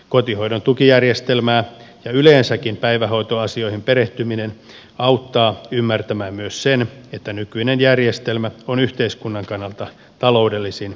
kotihoidon tukijärjestelmään ja yleensäkin päivähoitoasioihin perehtyminen auttaa ymmärtämään myös sen että nykyinen järjestelmä on yhteiskunnan kannalta taloudellisin vaihtoehto